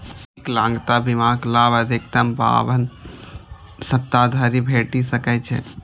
विकलांगता बीमाक लाभ अधिकतम बावन सप्ताह धरि भेटि सकै छै